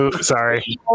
Sorry